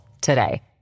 today